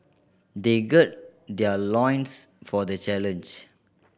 they gird their loins for the challenge